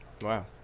Wow